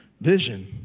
Vision